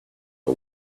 for